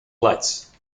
lights